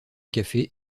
café